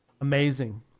amazing